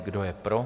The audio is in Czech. Kdo je pro?